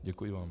Děkuji vám.